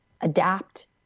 adapt